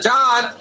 John